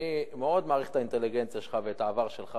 אני מאוד מעריך את האינטליגנציה שלך ואת העבר שלך,